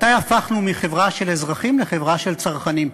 מתי הפכנו מחברה של אזרחים לחברה של צרכנים?